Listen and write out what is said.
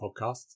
Podcast